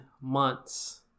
months